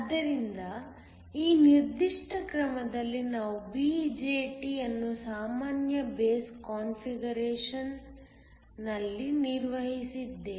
ಆದ್ದರಿಂದ ಈ ನಿರ್ದಿಷ್ಟ ಕ್ರಮದಲ್ಲಿ ನಾವು BJT ಅನ್ನು ಸಾಮಾನ್ಯ ಬೇಸ್ ಕಾನ್ಫಿಗರೇಶನ್ನಲ್ಲಿ ನಿರ್ವಹಿಸಿದ್ದೇವೆ